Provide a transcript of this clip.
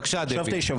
בבקשה, דבי.